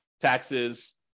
taxes